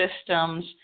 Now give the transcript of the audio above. systems